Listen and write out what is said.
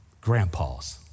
grandpas